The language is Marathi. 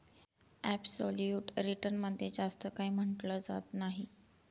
ॲप्सोल्यूट रिटर्न मध्ये जास्त काही म्हटलं जात नाही